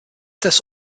this